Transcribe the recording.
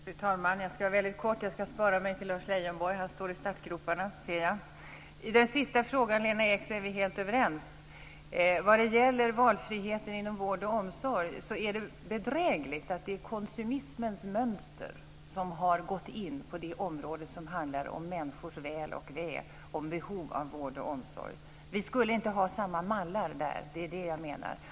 Fru talman! Jag ska vara väldigt kort. Jag ska spara mig till Lars Leijonborg. Han står i startgroparna, ser jag. I den sista frågan är vi helt överens, Lena Ek. Vad gäller valfrihet inom vård och omsorg är det bedrägligt att det är konsumismens mönster som har kommit in på det område som handlar om människors väl och ve, om behovet av vård och omsorg. Vi skulle inte ha samma mallar där, det är det jag menar.